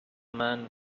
men